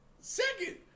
Second